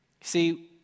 See